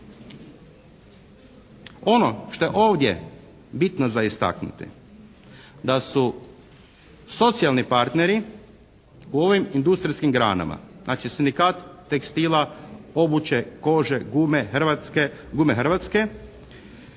Ono što je ovdje bitno za istaknuti da su socijalni partneri u ovim industrijskim granama, znači sindikat tekstila, obuće, kože, gume hrvatske, a također